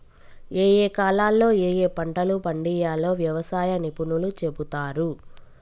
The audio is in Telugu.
ఏయే కాలాల్లో ఏయే పంటలు పండియ్యాల్నో వ్యవసాయ నిపుణులు చెపుతారు